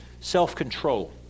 self-control